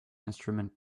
instrument